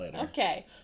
Okay